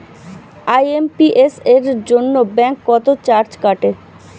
IMPS এর জন্য bank কত চার্জ কাটে?